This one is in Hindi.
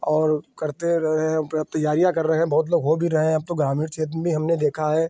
और करते रहे हैं तैयारियाँ कर रहे हैं बहुत लोग हो भी रहे हैं अब तो ग्रामीण क्षेत्र में भी हमने देखा है